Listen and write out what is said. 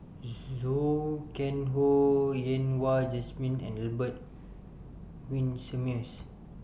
Zhou Can Ho Yen Wah Jesmine and Albert Winsemius